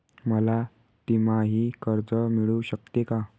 मला तिमाही कर्ज मिळू शकते का?